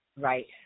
Right